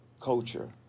culture